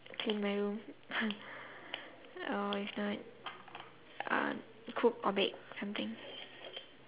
paint my room oh my god uh cook or bake something